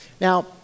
Now